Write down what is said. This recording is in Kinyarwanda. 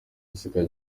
aseka